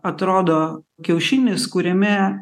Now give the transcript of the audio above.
atrodo kiaušinis kuriame